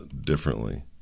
differently